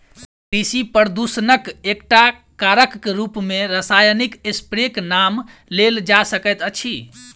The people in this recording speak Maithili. कृषि प्रदूषणक एकटा कारकक रूप मे रासायनिक स्प्रेक नाम लेल जा सकैत अछि